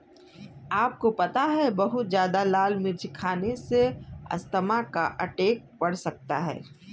आपको पता है बहुत ज्यादा लाल मिर्च खाने से अस्थमा का अटैक पड़ सकता है?